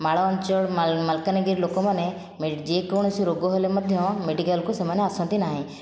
ମାଳ ଅଞ୍ଚଳ ମାଲକାନଗିରି ଲୋକମାନେ ଯେକୌଣସି ରୋଗ ହେଲେ ମଧ୍ୟ ମେଡ଼ିକାଲକୁ ସେମାନେ ଆସନ୍ତି ନାହିଁ